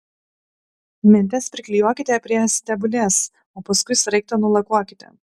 mentes priklijuokite prie stebulės o paskui sraigtą nulakuokite